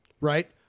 Right